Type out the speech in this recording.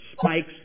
Spikes